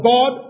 God